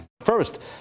First